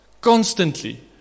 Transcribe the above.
constantly